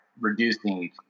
reducing